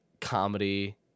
comedy